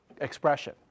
expression